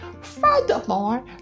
furthermore